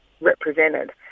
represented